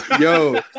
Yo